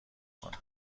کنه